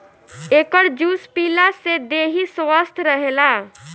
एकर juice पियला से देहि स्वस्थ्य रहेला